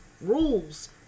rules